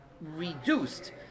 reduced